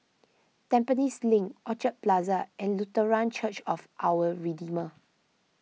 Tampines Link Orchid Plaza and Lutheran Church of Our Redeemer